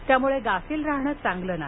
त्यामुळे गाफील राहणे चांगले नाही